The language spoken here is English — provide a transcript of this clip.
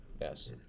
Yes